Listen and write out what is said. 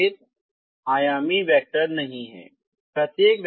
वे परिमित आयामी वैक्टर नहीं हैं